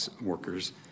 workers